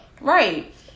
Right